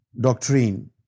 doctrine